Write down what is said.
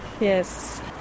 Yes